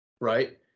right